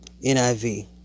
NIV